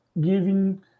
giving